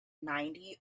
ninety